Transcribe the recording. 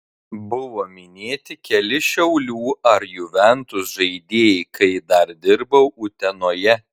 buvo minėti keli šiaulių ar juventus žaidėjai kai dar dirbau utenoje